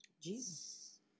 Jesus